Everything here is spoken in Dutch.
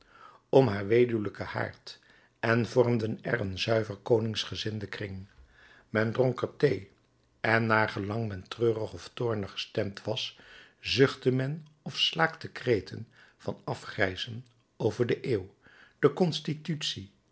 om haar weduwlijken haard en vormden er een zuiver koningsgezinden kring men dronk er thee en naar gelang men treurig of toornig gestemd was zuchtte men of slaakte kreten van afgrijzen over de eeuw de